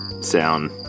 sound